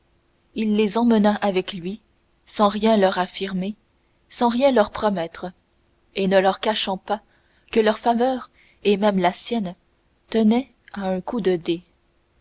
il les emmena avec lui sans rien leur affirmer sans leur rien promettre et ne leur cachant pas que leur faveur et même la sienne tenaient à un coup de